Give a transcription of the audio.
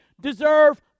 deserve